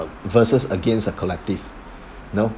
versus against a collective you know